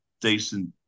decent